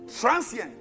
transient